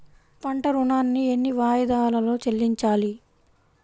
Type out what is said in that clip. పంట ఋణాన్ని ఎన్ని వాయిదాలలో చెల్లించాలి?